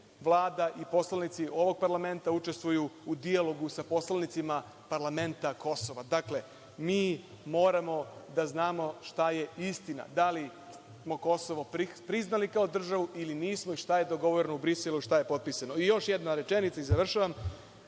Vlada i poslanici ovog parlamenta učestvuju u dijalogu sa poslanicima parlamenta Kosova. Dakle, mi moramo da znamo šta je istina. Da li smo Kosovo priznali kao državu ili nismo? I šta je dogovoreno u Briselu i šta je potpisano? Još jedan rečenica i završavam.